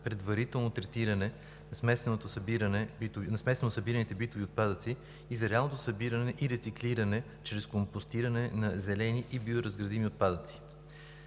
предварително третиране на смесено събираните битови отпадъци и за реалното събиране и рециклиране чрез компостиране на зелени и биоразградими отпадъци.